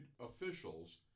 officials